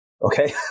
Okay